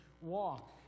walk